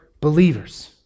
believers